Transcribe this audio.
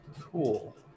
Cool